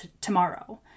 tomorrow